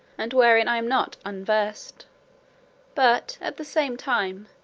and wherein i am not unversed but, at the same time,